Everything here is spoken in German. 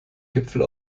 gipfel